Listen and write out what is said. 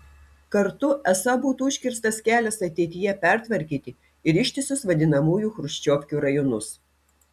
kartu esą būtų užkirstas kelias ateityje pertvarkyti ir ištisus vadinamųjų chruščiovkių rajonus